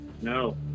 No